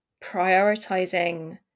prioritizing